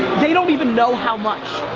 they don't even know how much.